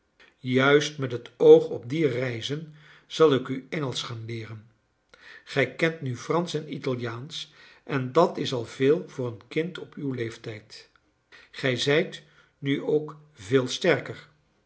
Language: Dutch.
juist met het oog op die reizen zal ik u engelsch gaan leeren gij kent nu fransch en italiaansch en dat is al veel voor een kind op uw leeftijd gij zijt nu ook veel sterker